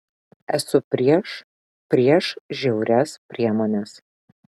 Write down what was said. esu prieš prieš žiaurias priemones